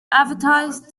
advertise